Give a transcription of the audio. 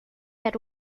had